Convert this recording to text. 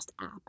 app